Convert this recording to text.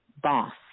boss